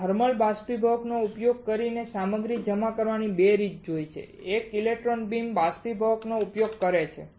આપણે થર્મલ બાષ્પીભવકનો ઉપયોગ કરીને સામગ્રી જમા કરવાની 2 રીત જોઈ છે એક ઇલેક્ટ્રોન બીમ બાષ્પીભવકનો ઉપયોગ કરે છે